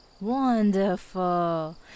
Wonderful